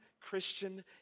Christian